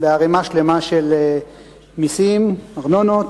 בערימה שלמה של מסים, ארנונות,